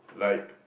like